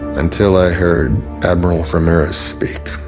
until i heard admiral ramirez speak,